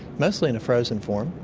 mostly in a frozen form,